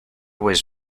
was